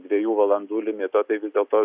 dvejų valandų limito tai vis dėlto